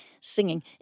singing